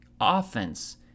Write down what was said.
offense